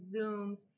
Zooms